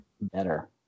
better